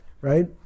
Right